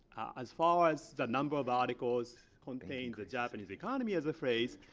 as far as the number of articles contained the japanese economy as a phrase,